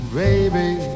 baby